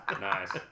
Nice